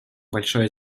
большое